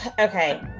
okay